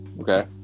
Okay